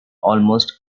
almost